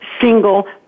single